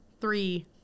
Three